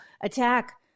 attack